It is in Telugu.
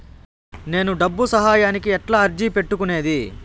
నేను డబ్బు సహాయానికి ఎట్లా అర్జీ పెట్టుకునేది?